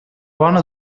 bona